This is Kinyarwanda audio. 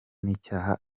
n’icyaha